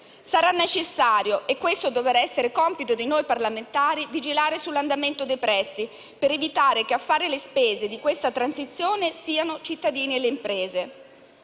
Sarà necessario - questo dovrà essere compito di noi parlamentari - vigilare sull'andamento dei prezzi, per evitare che a fare le spese di questa transizione siano cittadini e imprese.